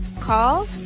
call